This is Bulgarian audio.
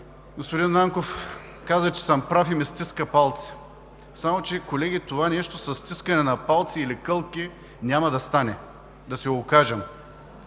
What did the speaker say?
господин Нанков каза, че съм прав и ми стиска палци. Само че, колеги, това нещо със стискане на палци или кълки няма да стане, да си го кажем.